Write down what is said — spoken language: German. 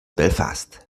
belfast